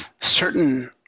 certain